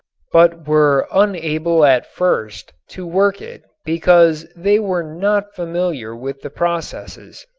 but were unable at first to work it because they were not familiar with the processes.